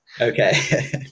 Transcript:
Okay